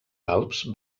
alps